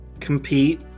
compete